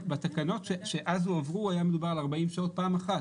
בתקנות שאז הועברו היה מדובר על 40 שעות פעם אחת,